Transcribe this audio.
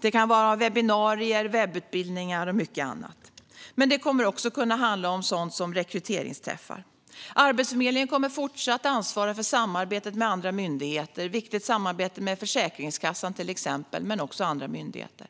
Det kan vara webbinarier, webbutbildningar och mycket annat. Men det kommer också att kunna handla om sådant som rekryteringsträffar. Arbetsförmedlingen kommer fortsatt att ansvara för samarbetet med andra myndigheter, till exempel ett viktigt samarbete med Försäkringskassan men även andra myndigheter.